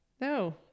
No